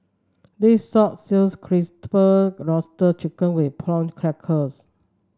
this sop sells crisper roasted chicken with Prawn Crackers